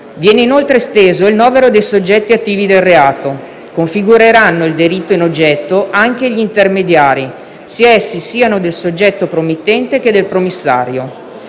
Viene, inoltre, esteso il novero dei soggetti attivi del reato. Configureranno il delitto in oggetto anche gli intermediari, sia essi siano del soggetto promittente che del promissario.